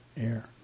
air